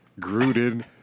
Gruden